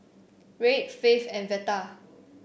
Reid Faith and Veta